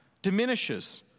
Diminishes